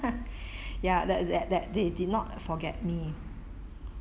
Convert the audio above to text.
ya that that that they did not forget me